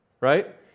Right